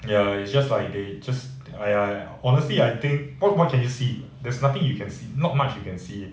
ya it's just like they just !aiya! honestly I think what more can you see there's nothing you can see not much you can see